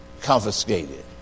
confiscated